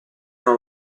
non